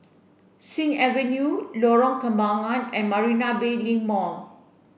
Sing Avenue Lorong Kembangan and Marina Bay Link Mall